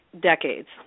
decades